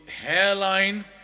hairline